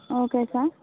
okay sir